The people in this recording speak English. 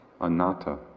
anatta